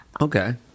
Okay